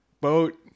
boat